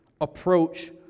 approach